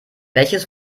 welches